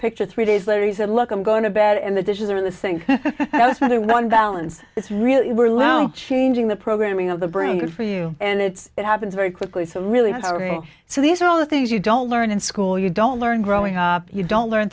picture three days later he said look i'm going to bed and the dishes are in the sink that's another one balance is really we're little changing the programming of the brain for you and it's it happens very quickly so really powering so these are all the things you don't learn in school you don't learn growing up you don't learn